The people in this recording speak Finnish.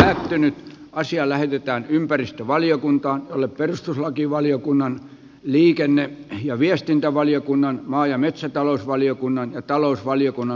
lähtenyt asia lähetetään ympäristövaliokuntaan jolle perustuslakivaliokunnan liikenne sen pitää olla no joo tähän suuntaan